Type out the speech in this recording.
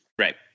Right